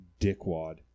dickwad